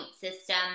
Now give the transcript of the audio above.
system